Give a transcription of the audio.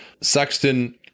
sexton